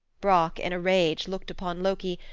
brock, in a rage, looked upon loki,